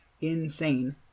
insane